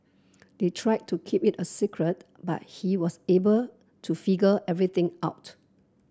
they tried to keep it a secret but he was able to figure everything out